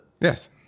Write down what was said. Yes